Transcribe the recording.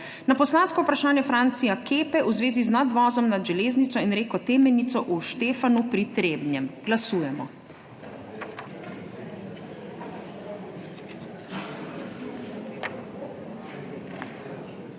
na poslansko vprašanje Francija Kepe v zvezi z nadvozom nad železnico in reko Temenico v Štefanu pri Trebnjem. Glasujemo.